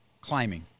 climbing